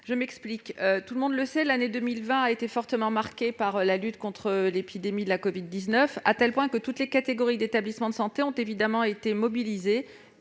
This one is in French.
à but lucratif. En effet, l'année 2020 a été fortement marquée par la lutte contre l'épidémie de covid-19, à tel point que toutes les catégories d'établissements de santé ont été mobilisées,